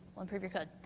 will improve your code.